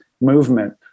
movement